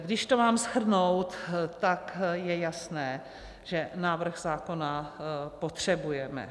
Když to mám shrnout, tak je jasné, že návrh zákona potřebujeme.